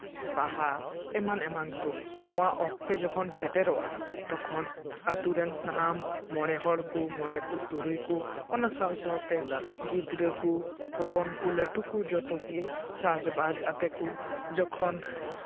ᱵᱟᱦᱟ ᱮᱢᱟᱱ ᱮᱢᱟᱱ ᱠᱚ ᱱᱚᱣᱟ ᱚᱠᱛᱮ ᱡᱚᱠᱷᱚᱱ ᱥᱮᱴᱮᱨᱚᱜᱼᱟ ᱛᱚᱠᱷᱚᱱ ᱟᱹᱛᱩ ᱨᱮᱱ ᱥᱟᱱᱟᱢ ᱢᱚᱬᱮ ᱦᱚᱲ ᱠᱚ ᱢᱚᱬᱮ ᱠᱚ ᱛᱩᱨᱩᱭ ᱠᱚ ᱚᱱᱟ ᱥᱟᱶ ᱥᱟᱶᱛᱮ ᱜᱤᱫᱽᱨᱟᱹ ᱠᱚ ᱦᱚᱯᱚᱱ ᱠᱚ ᱞᱟᱹᱴᱩ ᱠᱚ ᱡᱚᱛᱚ ᱜᱮ ᱥᱟᱡᱽᱼᱵᱟᱡᱽ ᱟᱛᱮ ᱠᱚ ᱡᱚᱠᱷᱚᱱ